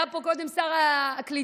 היה פה קודם שר הקליטה,